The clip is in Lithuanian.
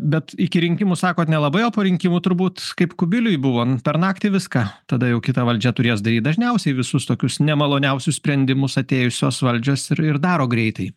bet iki rinkimų sakot nelabai o po rinkimų turbūt kaip kubiliui buvo per naktį viską tada jau kita valdžia turės daryt dažniausiai visus tokius nemaloniausius sprendimus atėjusios valdžios ir ir daro greitai